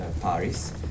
Paris